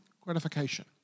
gratification